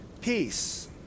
peace